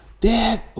Dad